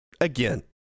again